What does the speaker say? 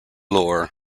lore